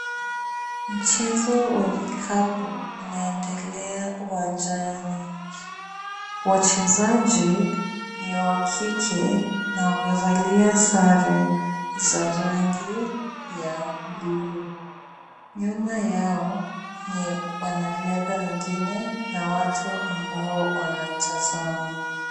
Mchezo wa vikapu unaendelea uwanjani, wachezaji ni wa kike na wamevalia sare za rangi ya buluu, nyuma yao ni wanariadha wengine na watu ambao wanatazama.